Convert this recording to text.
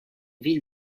ville